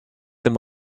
them